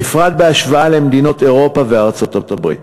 בפרט בהשוואה למדינות אירופה וארצות-הברית.